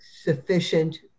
sufficient